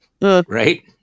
right